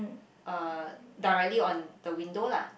uh directly on the window lah